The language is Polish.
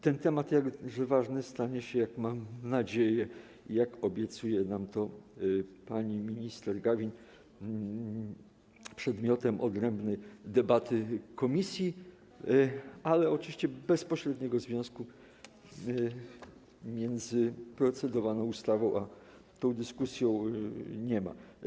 Ten temat, jakże ważny, stanie się, mam nadzieję, jak obiecuje nam pani minister Gawin, przedmiotem odrębnej debaty komisji, ale oczywiście bezpośredniego związku między procedowaną ustawą a tą dyskusją nie ma.